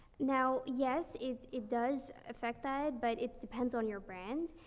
now, yes, it, it does affect that, but it depends on your brand.